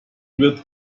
wird